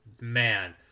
man